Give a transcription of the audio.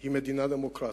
היא מדינה דמוקרטית,